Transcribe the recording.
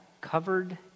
covered